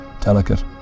delicate